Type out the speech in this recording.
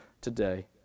today